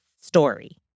story